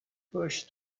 pushed